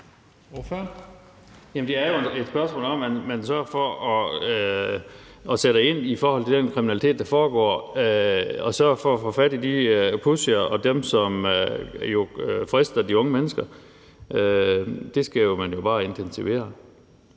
det er jo et spørgsmål om, at man sørger for at sætte ind over for den kriminalitet, der foregår, og sørger for at få fat i de pushere, altså dem, som frister de unge mennesker. Det skal man jo bare intensivere.